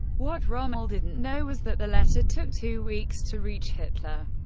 what rommel didn't know was that the letter took two weeks to reach hitler,